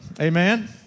Amen